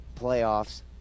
playoffs